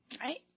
Right